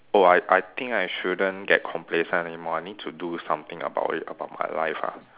oh I I think I shouldn't get complacent any more I need to do something about it about my life ah